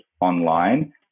online